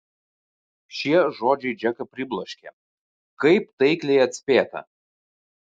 šie žodžiai džeką pribloškė kaip taikliai atspėta